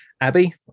Abby